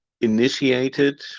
initiated